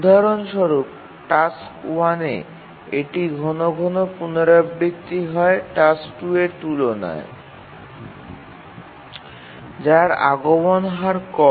উদাহরণ স্বরূপ টাস্ক 1 এ এটি ঘন ঘন পুনরাবৃত্তি হয় টাস্ক 2 এর তুলনায় যার আগমন হার কম